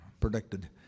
predicted